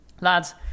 lads